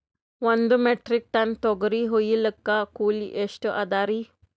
ಒಂದ್ metric ton ತೊಗರಿ ಹೋಯಿಲಿಕ್ಕ ಕೂಲಿ ಎಷ್ಟ ಅದರೀ?